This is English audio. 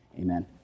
Amen